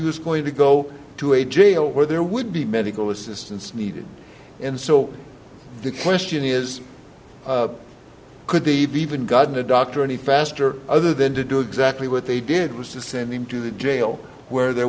was going to go to a jail where there would be medical assistance needed and so the question is could be even gotten a doctor any faster other than to do exactly what they did was to send him to the jail where there